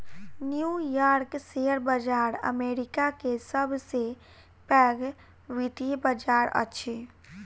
new York शेयर बाजार अमेरिका के सब से पैघ वित्तीय बाजार अछि